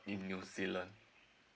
in new zealand